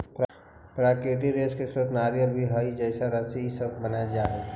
प्राकृतिक रेशा के स्रोत नारियल भी हई जेसे रस्सी इ सब बनऽ हई